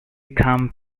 come